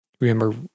Remember